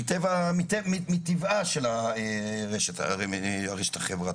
מטבעה של הרשת החברתית.